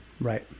Right